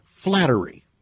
Flattery